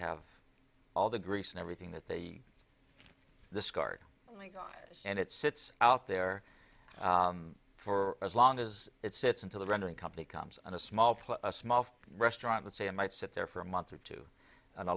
have all the grease and everything that they discard and it sits out there for as long as it fits into the rendering company comes on a small plot a small restaurant and say i might sit there for a month or two and a